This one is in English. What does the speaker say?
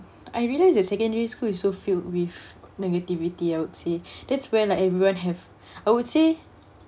I realise that secondary school is so filled with negativity I would say that's where like everyone have I would say